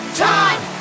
time